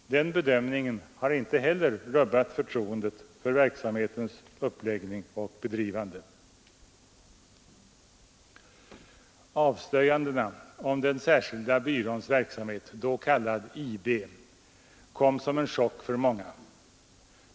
Den bedömningen har inte heller rubbat förtroendet för verksamhetens uppläggning och bedrivande. Avslöjandena om den särskilda byråns förhållanden — då kallad IB — kom som en chock för många.